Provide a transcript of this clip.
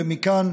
ומכאן,